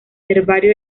herbario